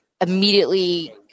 immediately